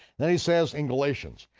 then he says in galatians,